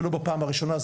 ולא בפעם הראשונה,